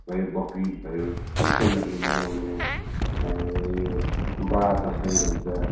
भयो बक्रइद भयो ख्रिस्टियनहरले मनाउने यो बडादसैँ भन्छ